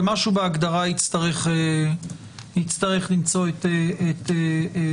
אבל משהו בהגדרה יצטרך למצוא את מקומו.